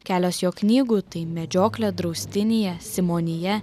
kelios jo knygų tai medžioklė draustinyje simonija